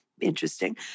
interesting